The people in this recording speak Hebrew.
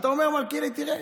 אתה אומר, מלכיאלי, תראה,